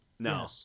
No